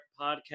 Podcast